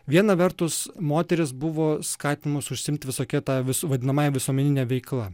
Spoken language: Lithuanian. viena vertus moterys buvo skatinamos užsiimti visokia ta visų vadinamąja visuomenine veikla